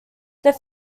this